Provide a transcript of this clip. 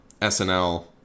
SNL